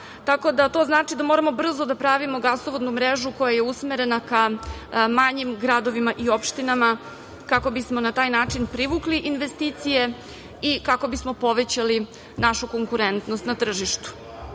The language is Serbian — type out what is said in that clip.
tako da to znači da moramo brzo da pravimo gasovodnu mrežu koja je usmerena ka manjim gradovima i opštinama, kako bismo na taj način privukli investicije i kako bismo povećali našu konkurentnost na tržištu.